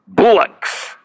Bullocks